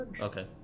okay